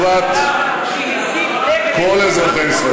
לטובת כל אזרחי ישראל,